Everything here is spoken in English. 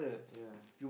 ya